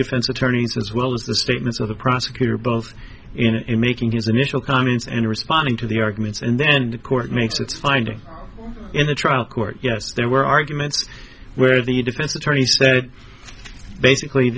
defense attorneys as well as the statements of the prosecutor both in making his initial comments and responding to the arguments and then the court makes its finding in the trial court yes there were arguments where the defense attorney said basically